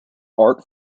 art